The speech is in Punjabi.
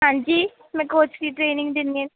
ਹਾਂਜੀ ਮੈਂ ਕੋਚ ਦੀ ਟ੍ਰੇਨਿੰਗ ਦਿੰਦੀ ਹਾਂ